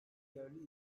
yerli